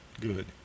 Good